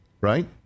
Right